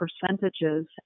percentages